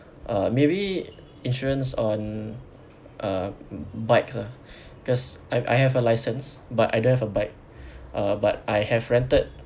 uh maybe insurance on uh bikes lah cause I I have a license but I don't have a bike uh but I have rented